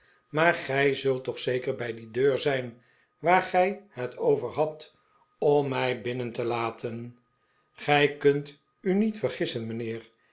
maar gij zult toch zeker bij die deur zijn waar gij het over hadt om mij binnen te laten gij kunt u niet vergissen mijnheer